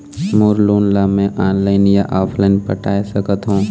मोर loan ला मैं online या ऑफलाइन पटाए सकथों?